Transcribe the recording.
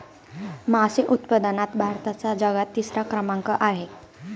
मासे उत्पादनात भारताचा जगात तिसरा क्रमांक आहे